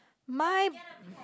my